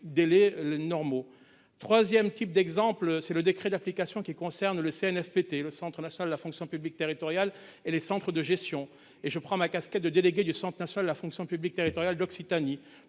délais normaux troisième type d'exemple c'est le décret d'application qui concerne le Cnfpt, le Centre national de la fonction publique territoriale et les centres de gestion et je prends ma casquette de délégué du Centre national de la fonction publique territoriale d'Occitanie.